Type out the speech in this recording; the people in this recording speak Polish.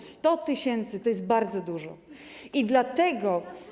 100 tys. to jest bardzo dużo i dlatego.